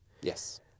yes